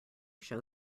show